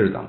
എഴുതാം